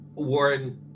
Warren